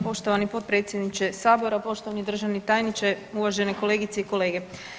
Poštovani potpredsjedniče sabora, poštovani državni tajniče, uvažene kolegice i kolege.